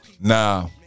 Nah